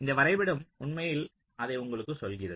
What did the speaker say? இந்த வரைபடம் உண்மையில் அதை உங்களுக்கு சொல்கிறது